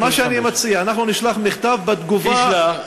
אז מה שאני מציע, אנחנו נשלח מכתב בתגובה, תשלח.